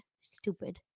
Stupid